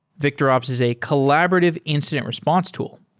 victorops is a collaborative incident response tool,